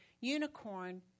unicorn